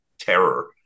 terror